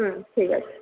হুম ঠিক আছে